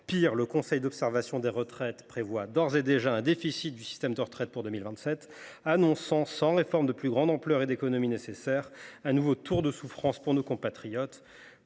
Pis, le Conseil d’orientation des retraites prévoit d’ores et déjà un déficit du système de retraites pour 2027, annonçant une réforme de plus grande ampleur et des économies supplémentaires, soit un nouveau tour de souffrances pour nos compatriotes.